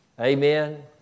Amen